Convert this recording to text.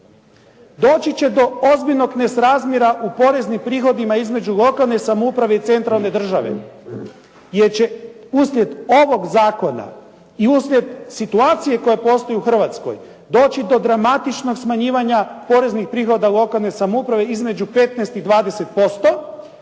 Doći će do ozbiljno nesrazmjera u poreznim prihodima između lokalne samouprave i centralne države, jer ću uslijed ovog zakona i uslijed situacije koja postoji u Hrvatskoj doći do dramatičnog smanjivanja poreznih prihoda lokalne samouprave između 15 i 20%,